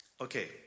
Okay